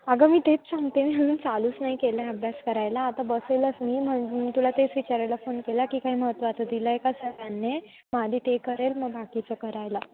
अगं मी तेच सांगते म्हण चालूच नाही केलं आहे अभ्यास करायला आता बसेलच मी म्हण मी तुला तेच विचारायला फोन केला की काही महत्त्वाचं दिलं आहे का सरांने मग आधी ते करेल मग बाकीचं करायला